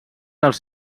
als